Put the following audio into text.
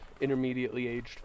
intermediately-aged